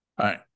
right